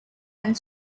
and